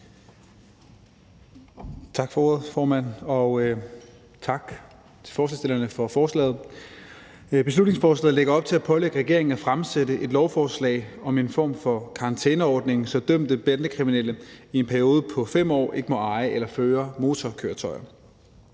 Tak for ordet, formand. Og tak til forslagsstillerne for forslaget. Beslutningsforslaget lægger op til at pålægge regeringen at fremsætte et lovforslag om en form for karantæneordning, så dømte bandekriminelle i en periode på 5 år ikke må eje eller føre motorkøretøjer.